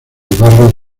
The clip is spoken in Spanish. barrio